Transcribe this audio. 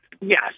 Yes